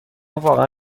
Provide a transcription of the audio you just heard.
واقعا